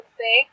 say